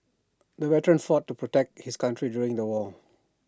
the veteran fought to protect his country during the war